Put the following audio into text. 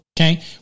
okay